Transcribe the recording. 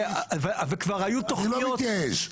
אני לא מתייאש.